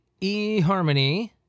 eHarmony